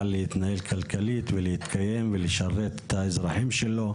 להתנהל כלכלית ולהתקיים ולשרת את האזרחים שלו.